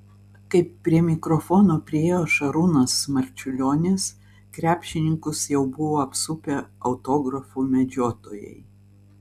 kai prie mikrofono priėjo šarūnas marčiulionis krepšininkus jau buvo apsupę autografų medžiotojai